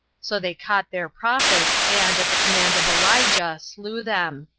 so they caught their prophets, and, at the command of elijah, slew them.